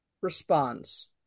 responds